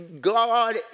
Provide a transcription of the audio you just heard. God